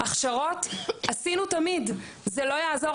הכשרות עשינו תמיד זה לא יעזור,